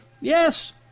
Yes